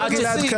אל תגזים.